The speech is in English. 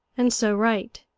and so right,